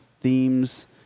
themes